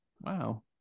Wow